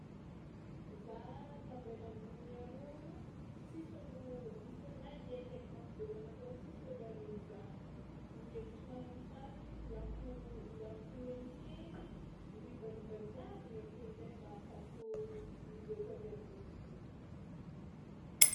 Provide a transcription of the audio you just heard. Za tavela ambony arô o, tsisy ôlo izy kôa na hiaikiaiky mafy be manakôry tsisy ôlo haregny za, ny hevitranahy ny farany loako loako helihely ribariba jiaby igny avy ake amin-jay mba ahafahako mijôtso avy ambony arô.